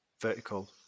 vertical